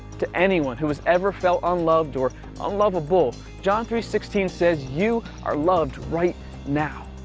to anyone who has ever felt unloved, or unlovable, john three sixteen says, you are loved right now.